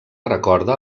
recorda